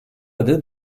adı